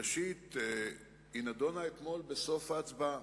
ראשית, היא נדונה אתמול בסוף ההצבעה.